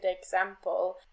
example